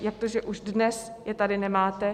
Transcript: Jak to, že už dnes je tady nemáte?